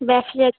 গিয়েছিলেন